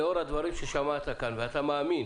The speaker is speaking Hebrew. שלאור הדברים ששמעת כאן, ואתה מאמין